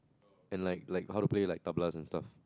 and like like how to play like and stuff